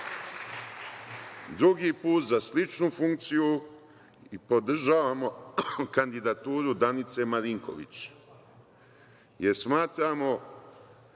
drugi put za sličnu funkciju i podržavamo kandidaturu Danice Marinković